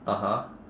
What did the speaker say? (uh huh)